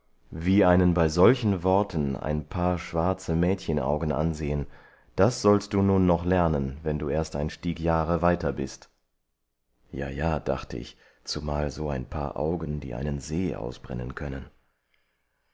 wie einen bei solchen worten ein paar schwarze mädchenaugen ansehen das sollst du nun noch lernen wenn du erst ein stieg jahre weiter bist ja ja dachte ich zumal so ein paar augen die einen see ausbrennen können